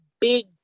big